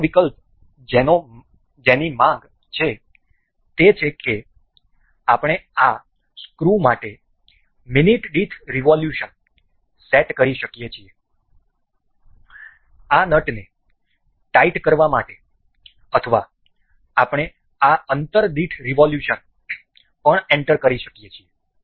હવે આ અન્ય વિકલ્પ જેની માંગ છે તે છે કે આપણે આ સ્ક્રૂ માટે મિનિટ દીઠ રિવોલ્યુશન સેટ કરી શકીએ છીએ આ નટને ટાઈટ કરવા માટે અથવા આપણે આ અંતર દીઠ રિવોલ્યુશન પણ એન્ટર કરી શકીએ છીએ